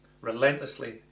Relentlessly